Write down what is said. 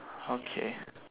okay